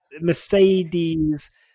Mercedes